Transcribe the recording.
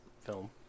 film